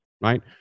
right